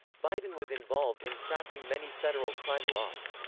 biden was involved in crafting many federal crime laws.